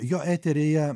jo eteryje